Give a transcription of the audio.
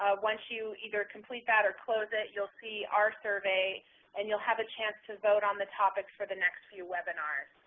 ah once you either complete that or close it, you'll see our survey and you'll have a chance to vote on the topics for the next few webinars.